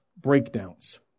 breakdowns